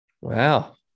Wow